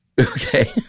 Okay